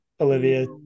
Olivia